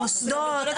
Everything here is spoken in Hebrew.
מוסדות,